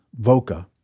voca